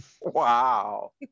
Wow